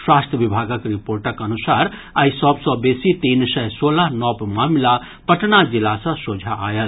स्वास्थ्य विभागक रिपोर्टक अनुसार आइ सभ सँ बेसी तीन सय सोलह नव मामिला पटना जिला सँ सोझा आयल